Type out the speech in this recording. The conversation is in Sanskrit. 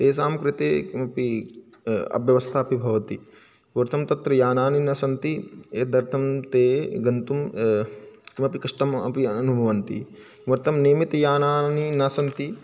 तेषां कृते किमपि अव्यवस्था अपि भवति किमर्थं तत्र यानानि न सन्ति एतदर्थं ते गन्तुं किमपि कष्टमपि अनुभवन्ति किमर्थं नियमितयानानि न सन्ति